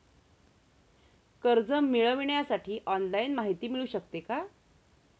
कर्ज मिळविण्यासाठी ऑनलाईन माहिती मिळू शकते का?